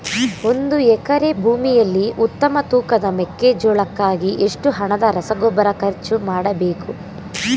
ಒಂದು ಎಕರೆ ಭೂಮಿಯಲ್ಲಿ ಉತ್ತಮ ತೂಕದ ಮೆಕ್ಕೆಜೋಳಕ್ಕಾಗಿ ಎಷ್ಟು ಹಣದ ರಸಗೊಬ್ಬರ ಖರ್ಚು ಮಾಡಬೇಕು?